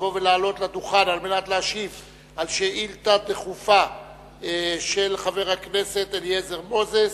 לעלות לדוכן על מנת להשיב על שאילתא דחופה של חבר הכנסת אליעזר מוזס,